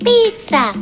Pizza